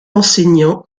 enseignant